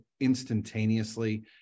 instantaneously